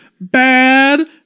Bad